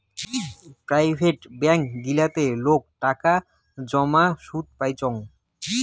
private ব্যাঙ্কত গিলাতে লোক টাকা জমাই সুদ পাইচুঙ